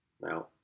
Now